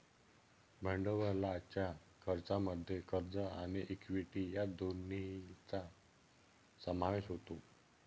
भांडवलाच्या खर्चामध्ये कर्ज आणि इक्विटी या दोन्हींचा समावेश होतो